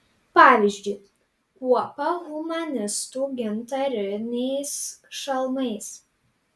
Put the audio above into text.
pavyzdžiui kuopą humanistų gintariniais šalmais